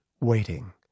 waiting